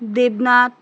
Debnath